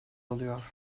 alıyor